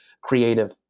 creative